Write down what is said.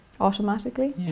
Automatically